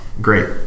great